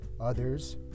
Others